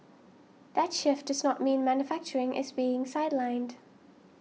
that shift does not mean manufacturing is being sidelined